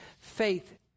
faith